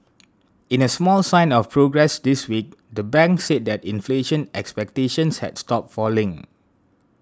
in a small sign of progress this week the bank said that inflation expectations had stopped falling